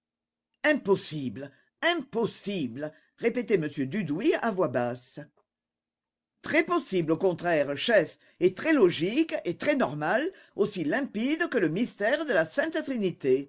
impossible impossible répétait m dudouis à voix basse très possible au contraire chef et très logique et très normal aussi limpide que le mystère de la